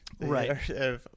Right